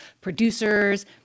producers